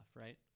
right